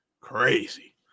crazy